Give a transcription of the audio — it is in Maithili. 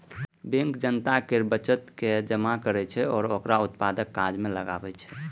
बैंक जनता केर बचत के जमा करै छै आ ओकरा उत्पादक काज मे लगबै छै